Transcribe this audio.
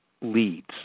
leads